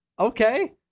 Okay